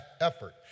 effort